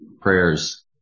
prayers